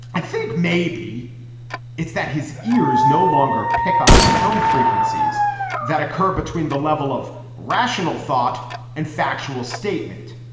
i think maybe it's that his ears no longer pick up sound frequencies that occur between the level of rational thought and factual statement.